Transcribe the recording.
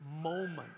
moment